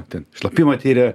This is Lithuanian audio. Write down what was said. ten šlapimą tiria